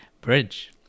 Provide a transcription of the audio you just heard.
bridge